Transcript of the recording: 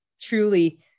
truly